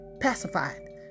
pacified